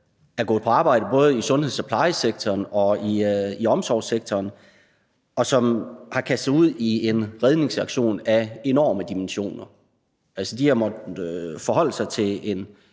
er gået på arbejde i både sundheds-, pleje- og omsorgssektoren, og som har kastet sig ud i en redningsaktion af enorme dimensioner. De har måttet forholde sig til en